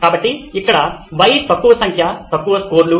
కాబట్టి ఇక్కడ Y తక్కువ సంఖ్య తక్కువ స్కోర్లు